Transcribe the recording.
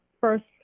first